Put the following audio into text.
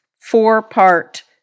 four-part